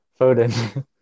Foden